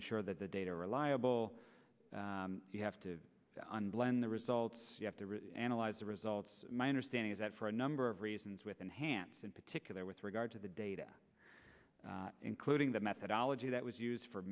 ensure that the data are reliable you have to blend the results you have to analyze the results my understanding is that for a number of reasons with enhanced in particular with regard to the data including the methodology that was used for